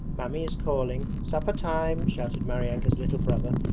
mammy is calling! supper time shouted maryanka's little brother,